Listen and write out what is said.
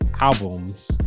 albums